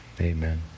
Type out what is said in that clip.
Amen